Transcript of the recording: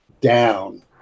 down